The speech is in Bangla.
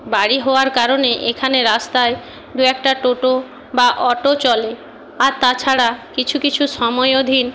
বাড়ি হওয়ার কারণে এখানে রাস্তায় দু একটা টোটো বা অটো চলে আর তাছাড়া কিছু কিছু সময়োধীন